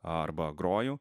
arba groju